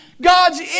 God's